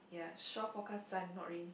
yea show forecast sun no rain